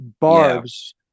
barbs